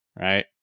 Right